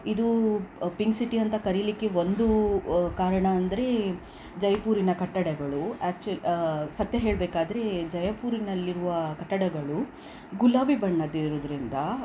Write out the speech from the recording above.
ಇದು pink city ಅಂತ ಕರೀಲಿಕ್ಕೆ ಒಂದು ಕಾರಣ ಅಂದರೆ ಜೈಪುರಿನ ಕಟ್ಟಡಗಳು ಆ್ಯಕ್ಚುಲ್ ಸತ್ಯ ಹೇಳಬೇಕಾದ್ರೆ ಜೈಪುರ್ನಲ್ಲಿರುವ ಕಟ್ಟಡಗಳು ಗುಲಾಬಿ ಬಣ್ಣದ್ದಿರೋದ್ರಿಂದ